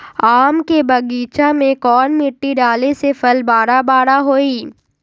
आम के बगीचा में कौन मिट्टी डाले से फल बारा बारा होई?